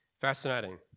Fascinating